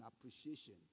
appreciation